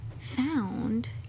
found